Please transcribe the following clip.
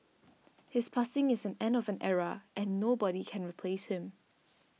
his passing is an end of an era and nobody can replace him